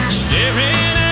staring